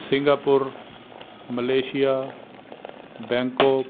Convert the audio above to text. Singapore Malaysia Bangkok